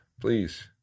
please